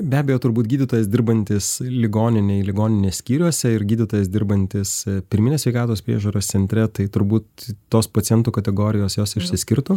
be abejo turbūt gydytojas dirbantis ligoninėj ligoninės skyriuose ir gydytojas dirbantis pirminės sveikatos priežiūros centre tai turbūt tos pacientų kategorijos jos išsiskirtų